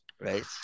Right